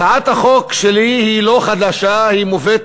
הצעת החוק שלי אינה חדשה, היא מובאת